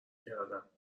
کردم